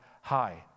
high